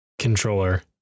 controller